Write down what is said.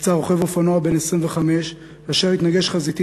נפצע רוכב אופנוע בן 25 כאשר התנגש חזיתית